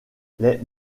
les